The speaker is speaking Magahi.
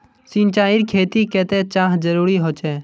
सिंचाईर खेतिर केते चाँह जरुरी होचे?